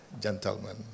gentlemen